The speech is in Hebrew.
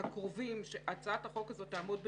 הקרובים שבהם הצעת החוק הזאת תעמוד בתוקף,